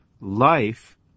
life